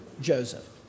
Joseph